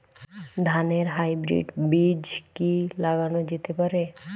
ধানের হাইব্রীড বীজ কি লাগানো যেতে পারে?